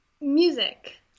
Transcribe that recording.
music